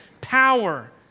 power